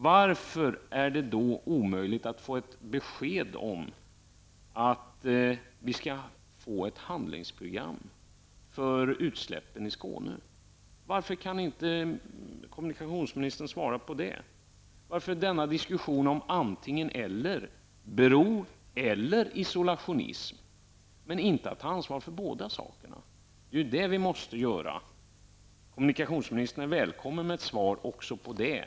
Varför är det då omöjligt att få ett besked om att vi skall få ett handlingsprogram för utsläppen i Skåne? Varför kan inte kommunikationsministern svara på det? Varför har vi denna diskussion om antingen bro eller isolationism, inte om att ta ansvar för båda delarna? Det är det som vi måste göra. Kommunikationsministern är välkommen att svara också på detta.